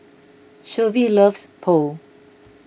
Shelvie loves Pho